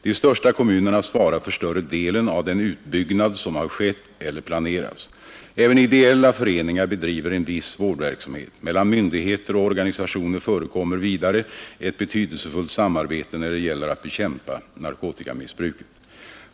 De största kommunerna svarar för större delen av den utbyggnad som har skett eller planeras. Även ideella föreningar bedriver en viss vårdverksamhet. Mellan myndigheter och organisationer förekommer vidare ett betydelsefullt samarbete när det gäller att bekämpa narkotikamissbruket.